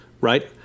Right